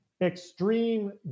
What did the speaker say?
extreme